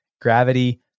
Gravity